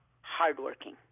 hardworking